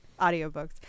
Audiobooks